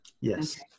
Yes